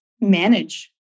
manage